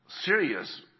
serious